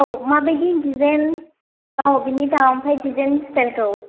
औ माबादि डिजाइन औ बेनि दाम आमफ्राय डिजाइन स्टाइलखौ